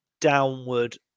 downward